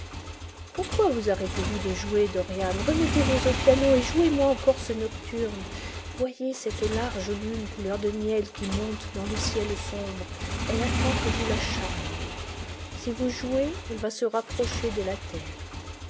pourquoi vous arrêtez-vous de jouer dorian remettez-vous au piano et jouez moi encore ce nocturne voyez cette large lune couleur de miel qui monte dans le ciel sombre elle attend que vous la charmiez si vous jouez elle va se rapprocher de la terre